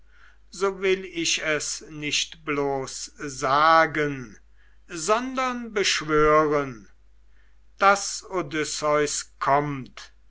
so will ich es nicht bloß sagen sondern beschwören daß odysseus kommt